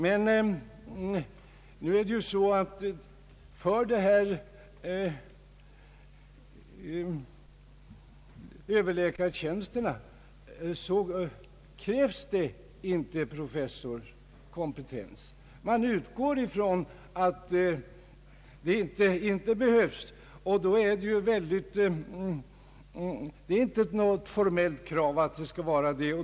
Men nu krävs det inte professors kompetens av dessa överläkare. Det finns åtminsione inte något formellt krav på det.